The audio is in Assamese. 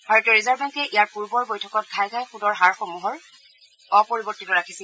ভাৰতীয় ৰিজাৰ্ভ বেংকে ইয়াৰ পূৰ্বৰ বৈঠকত ঘাই ঘাই সূদৰ হাৰসমূহ্ অপৰিৱৰ্তীত ৰাখিছিল